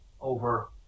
over